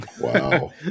Wow